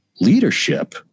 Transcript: leadership